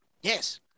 Yes